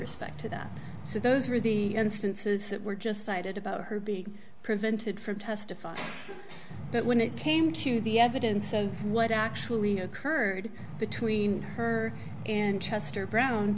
respect to that so those were the instances that were just cited about her being prevented from testifying but when it came to the evidence of what actually occurred between her and chester brown